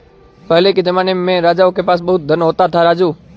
पहले के जमाने में राजाओं के पास बहुत धन होता था, राजू